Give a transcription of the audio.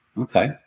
Okay